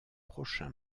prochain